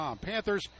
Panthers